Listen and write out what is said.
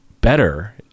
better